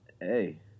Hey